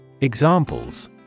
Examples